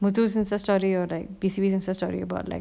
muthu story about like story about like him